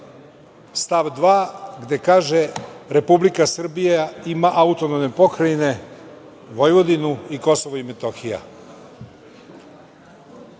stav 2. gde kaže – Republika Srbija ima autonomne pokrajine Vojvodinu i Kosovo i Metohija.